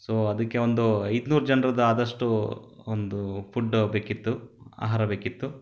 so ಅದಕ್ಕೆ ಒಂದು ಐದುನೂರು ಜನ್ರದ್ದು ಆದಷ್ಟು ಒಂದು ಫುಡ್ ಬೇಕಿತ್ತು ಆಹಾರ ಬೇಕಿತ್ತು